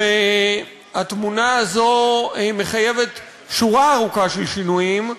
והתמונה הזו מחייבת שורה ארוכה של שינויים,